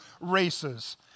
races